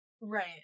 Right